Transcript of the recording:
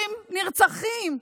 נערים נרצחים,